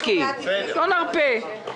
אורית, בבקשה.